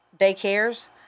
daycares